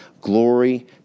glory